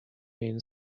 been